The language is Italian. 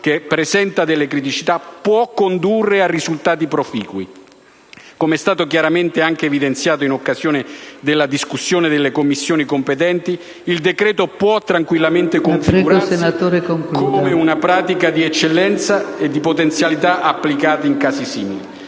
che presenta delle criticità può condurre a risultati proficui. Come è stato chiaramente evidenziato anche in occasione della discussione nelle Commissioni competenti, il decreto può tranquillamente configurarsi come una pratica di eccellenza potenzialmente applicabile in casi simili.